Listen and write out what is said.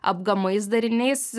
apgamais dariniais